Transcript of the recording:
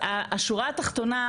השורה התחתונה,